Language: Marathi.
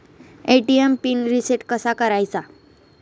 ए.टी.एम पिन रिसेट कसा करायचा?